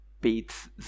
beats